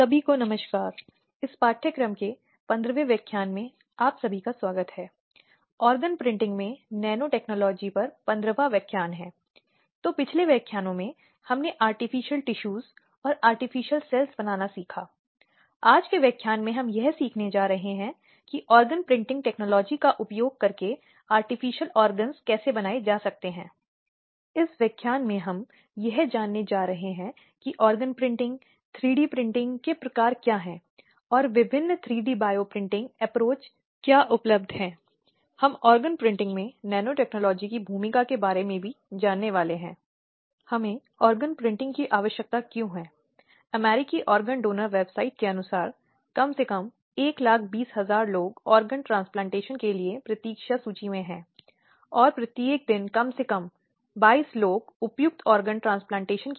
NPTEL NPTEL online प्रमाणीकरण पाठ्यक्रम course on लिंग भेद न्याय और कार्यस्थल सुरक्षा gender justice and workplace security द्वारा प्रो दीपा दुबे राजीव गांधी बौद्धिक संपदा विधि विद्यालय IIT खड़गपुर व्याख्यान 15 लैंगिक हिंसा भीतर और बाहर पूर्व से आगे नमस्कार लिंग भेद न्याय और कार्यस्थल सुरक्षा पर पाठ्यक्रम में आपका स्वागत है